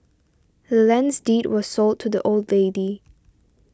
the land's deed was sold to the old lady